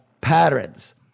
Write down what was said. patterns